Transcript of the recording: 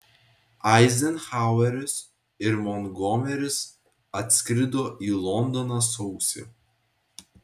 eizenhaueris ir montgomeris atskrido į londoną sausį